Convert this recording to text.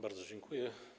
Bardzo dziękuję.